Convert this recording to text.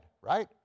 right